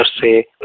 say